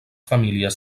famílies